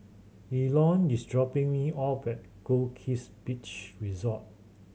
Elon is dropping me off at Goldkist Beach Resort